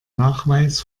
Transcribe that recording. nachweis